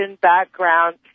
background